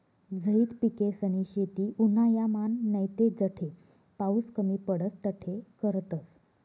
झैद पिकेसनी शेती उन्हायामान नैते जठे पाऊस कमी पडस तठे करतस